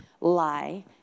lie